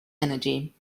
energy